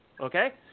Okay